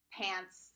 Pants